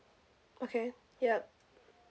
okay yup